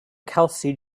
kelsey